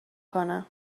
کنه